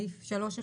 את סעיף 3(1)?